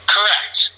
Correct